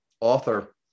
author